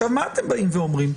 עכשיו, מה אתם באים ואומרים?